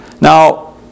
Now